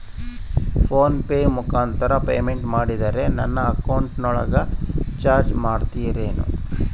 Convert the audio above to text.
Phone pay ಮುಖಾಂತರ payment ಮಾಡಿದರೆ ನನ್ನ ಅಕೌಂಟಿನೊಳಗ ಚಾರ್ಜ್ ಮಾಡ್ತಿರೇನು?